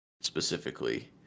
specifically